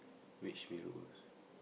which mee-rebus